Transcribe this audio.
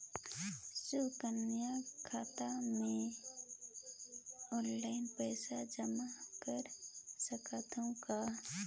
सुकन्या खाता मे ऑनलाइन पईसा जमा कर सकथव का?